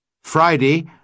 Friday